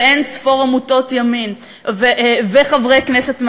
ולאין-ספור עמותות ימין וחברי כנסת מהימין?